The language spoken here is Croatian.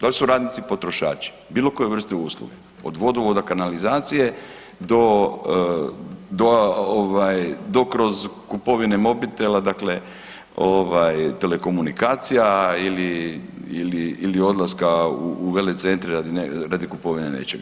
Da li su radnici potrošači bilo koje vrste usluge od vodovoda, kanalizacije do kroz kupovine mobitela dakle telekomunikacija ili odlaska u velecentre radi kupovine nečega?